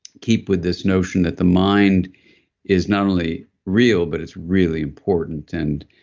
keep with this notion that the mind is not only real, but it's really important, and